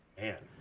Man